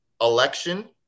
election